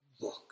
book